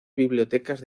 bibliotecas